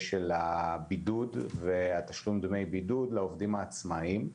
של הבידוד ותשלום דמי בידוד לעובדים העצמאים.